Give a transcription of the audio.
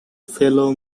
fellow